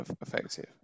effective